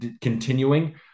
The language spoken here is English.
continuing